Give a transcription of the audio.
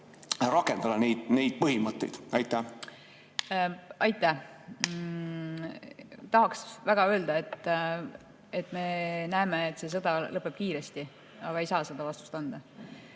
rakendada neid põhimõtteid? Aitäh! Tahaks väga öelda, et me näeme, et see sõda lõpeb kiiresti, aga ei saa seda vastust anda.